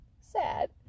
sad